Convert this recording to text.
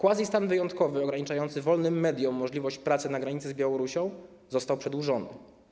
Quasi-stan wyjątkowy ograniczający wolnym mediom możliwość pracy na granicy z Białorusią został przedłużony.